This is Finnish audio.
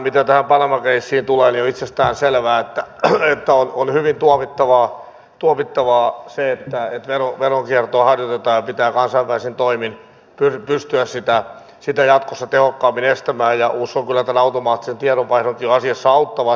mitä tähän panama keissiin tulee niin on itsestäänselvää että on hyvin tuomittavaa se että veronkiertoa harjoitetaan ja pitää kansainvälisin toimin pystyä sitä jatkossa tehokkaammin estämään ja uskon kyllä tämän automaattisen tiedonvaihdonkin asiassa auttavan